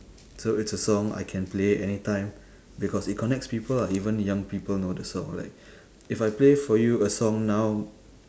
so it's a song I can play anytime because it connects people ah even young people know the song like if I play for you a song now